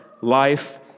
life